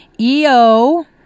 EO